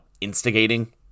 instigating